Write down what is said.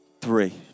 Three